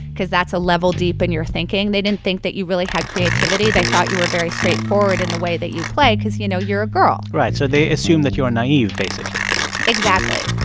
because that's a level deep in your thinking. they didn't think that you really had creativity. they thought you were very straightforward in the way that you play because, you know, you're a girl right. so they assume that you are naive, basically exactly.